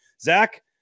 Zach